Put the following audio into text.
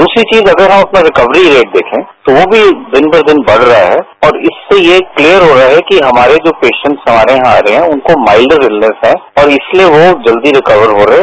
दूसरी चीज अगर अपना रिकवरी रेट देखे तोवो भी दिन भर दिन बढ़ रहा है और इससे ये क्लीयर हो रहा है कि हमारे जो पेसेंट हमारेआ रहे हैं उनको माइल्ड इलनेस है इसलिए वो जल्दी रिकवर हो रहे हैं